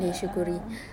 a'ah